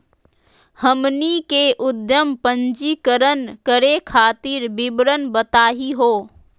हमनी के उद्यम पंजीकरण करे खातीर विवरण बताही हो?